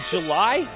July